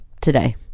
today